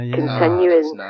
Continuing